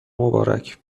مبارک